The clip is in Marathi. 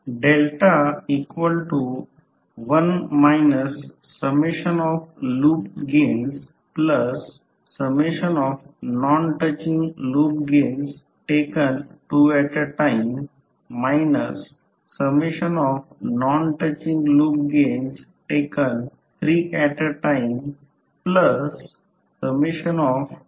तर ∅ 1 ∅ 1 1 ∅ 1 2 आणि म्युचुअल असे म्हणाल तेव्हा कॉइल 1 च्या टर्नची संख्या N1 आहे आणि कॉइल 2 च्या टर्नची संख्या N2 आहे